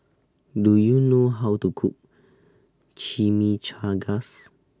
Do YOU know How to Cook Chimichangas